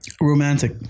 Romantic